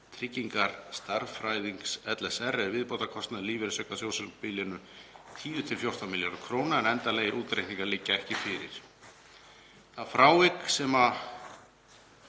tryggingastærðfræðings LSR er viðbótarkostnaður lífeyrisaukasjóðs á bilinu 10–14 milljarðar kr. en endanlegir útreikningar liggja ekki fyrir. Það frávik sem